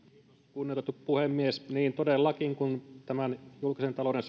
kunnioitettu puhemies todellakin kun tämän julkisen talouden